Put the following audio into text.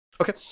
Okay